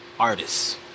artists